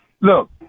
look